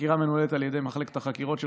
החקירה מנוהלת על ידי מחלקת החקירות של